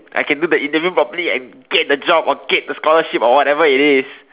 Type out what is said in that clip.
I can do the interview properly and get the job or get the scholarship or whatever it is